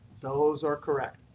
those are correct.